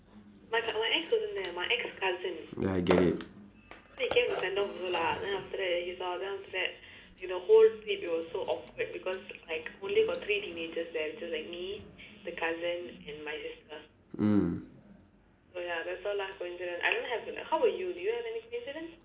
ya I get it mm